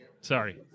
Sorry